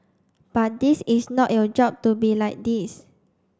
but this is not your job to be like this